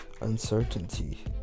uncertainty